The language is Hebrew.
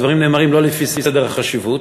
הדברים נאמרים לא לפי סדר החשיבות,